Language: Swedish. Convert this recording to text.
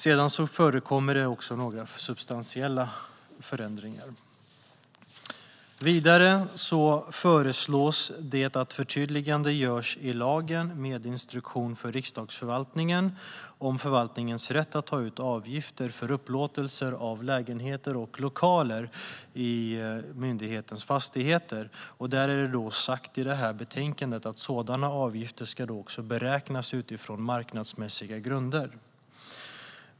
Det finns också några substantiella förändringar. Vidare föreslås att förtydligande görs i lagen med instruktion för Riksdagsförvaltningen om förvaltningens rätt att ta ut avgifter för upplåtelser av lägenheter och lokaler i myndighetens fastigheter. I betänkandet sägs att sådana avgifter ska beräknas på marknadsmässiga grunder.